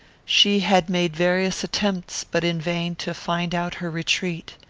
she had made various attempts, but in vain, to find out her retreat.